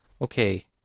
Okay